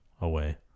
away